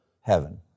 heaven